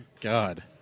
God